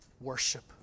worship